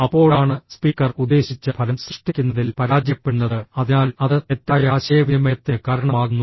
അപ്പോഴാണ് സ്പീക്കർ ഉദ്ദേശിച്ച ഫലം സൃഷ്ടിക്കുന്നതിൽ പരാജയപ്പെടുന്നത് അതിനാൽ അത് തെറ്റായ ആശയവിനിമയത്തിന് കാരണമാകുന്നു